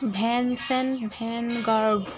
vincent van gogh